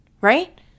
right